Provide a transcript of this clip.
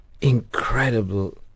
incredible